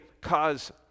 cause